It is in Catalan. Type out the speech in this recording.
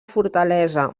fortalesa